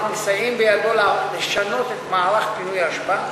אנחנו מסייעים בידו לשנות את מערך פינוי האשפה.